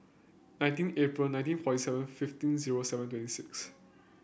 nineteen April nineteen forty seven fifteen zero seven twenty six